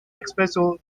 espresso